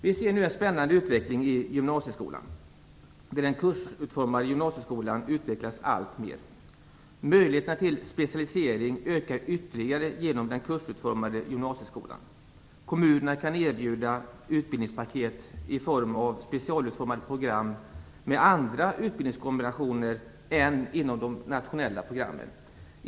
Vi ser nu en spännande utveckling i gymnasieskolan. Den kursutformade gymnasieskolan utvecklas alltmer. Möjligheterna till specialisering ökar ytterligare med hjälp av den kursutformade gymnasieskolan. Kommunerna kan erbjuda utbildningspaket i form av specialutformade program med andra utbildningskombinationer än inom de nationella programmen.